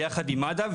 ביחד עם מד"א,